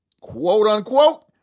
quote-unquote